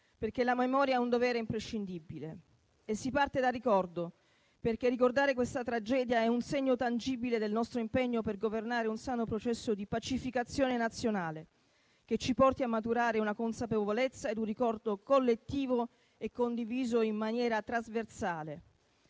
perché la memoria ha un dovere imprescindibile e si parte dal ricordo, perché ricordare questa tragedia è un segno tangibile del nostro impegno per governare un sano processo di pacificazione nazionale, che ci porti a maturare una consapevolezza e un ricordo collettivo e condiviso in maniera trasversale.